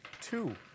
Two